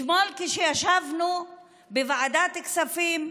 אתמול כשישבנו בוועדת הכספים,